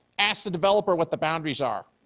ask the developer what the boundaries are.